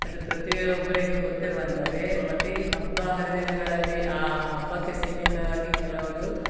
ಅದು ಪ್ರತಿಯೊಬ್ಬರಿಗು ಗೊತ್ತಿರುವಂಥದ್ದೇ ಮತ್ತು ಈ ಹಬ್ಬ ಹರಿದಿನಗಳಲ್ಲಿ ಆ ಹಬ್ಬಕ್ಕೆ ಸೀಮಿತವಾಗಿ ಕೆಲವೊಂದು